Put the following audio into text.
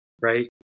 Right